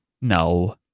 No